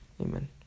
Amen